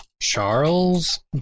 Charles